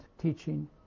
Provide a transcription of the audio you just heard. teaching